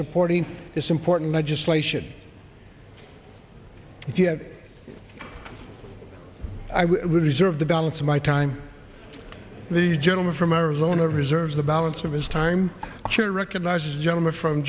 supporting this important legislation and yes i will reserve the balance of my time the gentleman from arizona reserves the balance of his time to recognize gentleman from